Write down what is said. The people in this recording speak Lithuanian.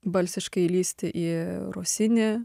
balsiškai įlįsti į rosini